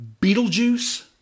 Beetlejuice